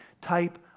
type